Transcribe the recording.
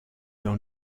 dans